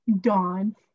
dawn